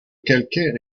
calcaire